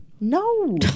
No